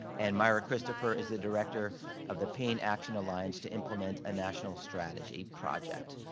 and myra christopher is the director of the pain action alliance to implement a national strategy project,